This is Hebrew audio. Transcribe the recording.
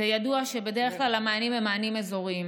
ידוע שבדרך כלל המענים הם מענים אזוריים,